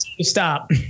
Stop